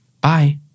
Bye